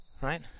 Right